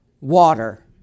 water